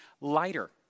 lighter